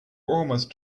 almost